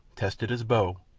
tested his bow,